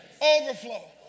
Overflow